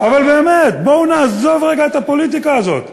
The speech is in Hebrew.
אבל באמת, בואו נעזוב רגע את הפוליטיקה הזאת,